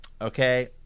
Okay